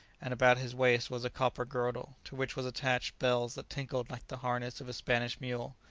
and about his waist was a copper girdle, to which was attached bells that tinkled like the harness of a spanish mule.